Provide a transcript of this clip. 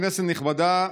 כנסת נכבדה,